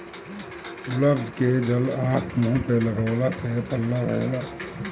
गुलाब के जल आँख, मुंह पे लगवला से पल्ला रहेला